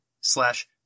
slash